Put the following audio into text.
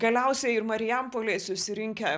galiausiai ir marijampolėj susirinkę